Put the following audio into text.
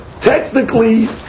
technically